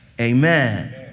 Amen